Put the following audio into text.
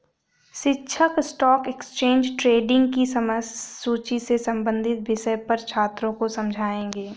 शिक्षक stock exchange trading की समय सूची से संबंधित विषय पर छात्रों को समझाएँगे